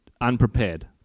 unprepared